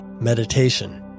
meditation